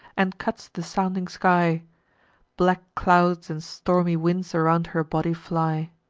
and cuts the sounding sky black clouds and stormy winds around her body fly.